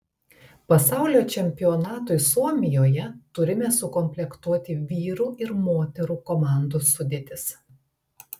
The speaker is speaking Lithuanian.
pasaulio čempionatui suomijoje turime sukomplektuoti vyrų ir moterų komandų sudėtis